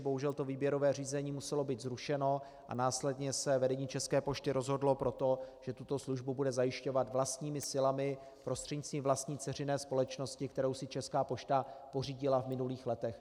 Bohužel to výběrové řízení muselo být zrušeno a následně se vedení České pošty rozhodlo pro to, že tuto službu bude zajišťovat vlastními silami prostřednictvím vlastní dceřiné společnosti, kterou si Česká pošta pořídila v minulých letech.